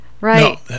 Right